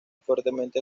fuertemente